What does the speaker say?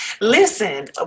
Listen